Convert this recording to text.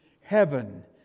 Heaven